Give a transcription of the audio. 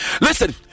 listen